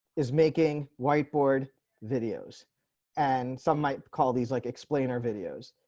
is making whiteboard videos and some might call these like explainer videos.